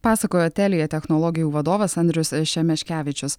pasakojo telia technologijų vadovas andrius šemeškevičius